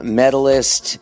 medalist